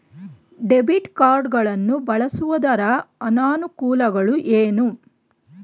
Debit card ಗಳನ್ನು ಬಳಸುವುದರ ಅನಾನುಕೂಲಗಳು ಏನು?